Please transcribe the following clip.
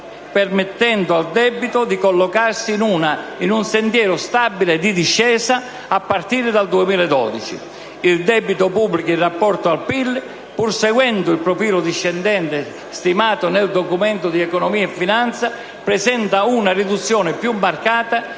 permettendo al debito di collocarsi in un sentiero stabile di discesa a partire dal 2012. Il debito pubblico in rapporto al PIL, pur seguendo il profilo discendente stimato nel DEF, presenta una riduzione più marcata